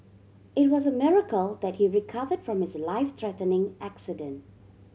it was a miracle that he recovered from his life threatening accident